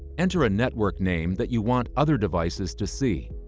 enter a network name that you want other devices to see.